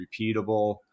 repeatable